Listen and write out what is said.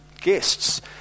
guests